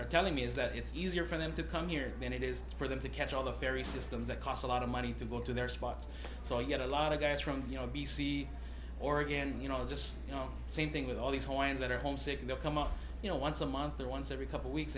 are telling me is that it's easier for them to come here than it is for them to catch all the ferry systems that cost a lot of money to go to their spots so you get a lot of gas from you know a b c or again you know just you know same thing with all these high winds that are homesick that come up you know once a month or once every couple weeks